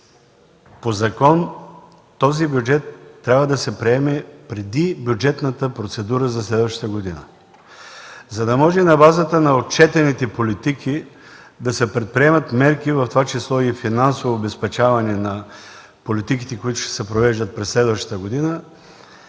по закон този бюджет трябва да се приеме преди бюджетната процедура за следващата година, за да може на базата на отчетените политики да се предприемат мерки, в това число и финансово обезпечаване на политиките, които ще се провеждат през следващата година.